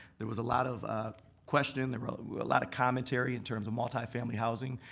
there was a lot of question, there were a lot of commentary in terms of multi-family housing.